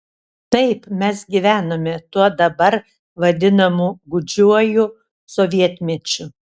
taip mes gyvenome tuo dabar vadinamu gūdžiuoju sovietmečiu